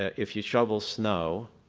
if you shovel snow,